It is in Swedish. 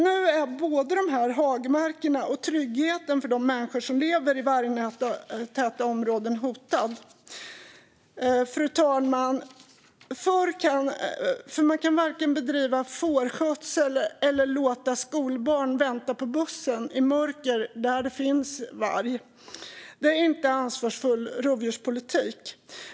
Nu är både dessa hagmarker och tryggheten för de människor som lever i vargtäta områden hotade. Fru talman! Man kan varken bedriva fårskötsel eller låta skolbarn vänta på bussen i mörker där det finns varg. Det är inte en ansvarsfull rovdjurspolitik.